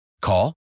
Call